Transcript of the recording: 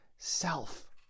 Self